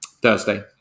Thursday